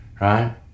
right